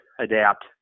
adapt